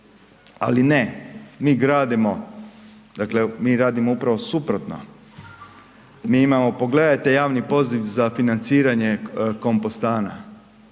Ali ne, mi gradimo, dakle mi radimo upravo suprotno, mi imamo, pogledajte javni poziv za financiranje kompostana.